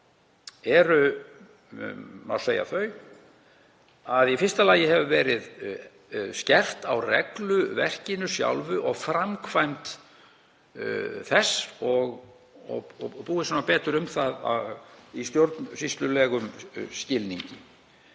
eru má segja þau að í fyrsta lagi hefur verið skert á regluverkinu sjálfu og framkvæmd þess og búið betur um það í stjórnsýslulegum skilningi.